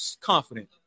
confident